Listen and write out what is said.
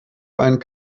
einen